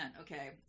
okay